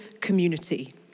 community